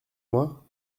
moi